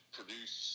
produce